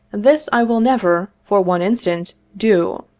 this i will never, for one instant, do.